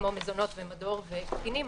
כמו: מזונות ומדור וקטינים,